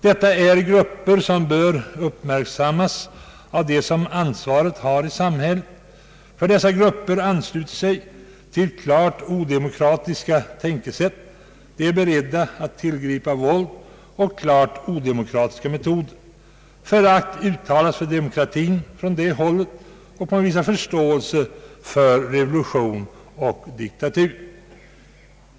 Dessa grupper bör uppmärksammas av dem som ansvaret har i samhället därför att dessa grupper ansluter sig till klart odemokratiska tänkesätt, de är beredda att tillgripa våld och odemokratiska metoder. Från det hållet uttalas förakt för demokratin och förståelse för revolution och diktatur.